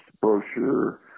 brochure